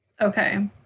Okay